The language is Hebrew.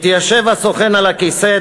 התיישב הסוכן על כיסא,